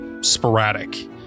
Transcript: sporadic